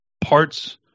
parts